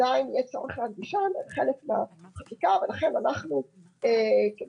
עדיין יהיה צורך בהנגשה כחלק מהחקיקה ולכן אנחנו כנציגים